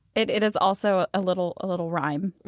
it it is also a little ah little rhyme!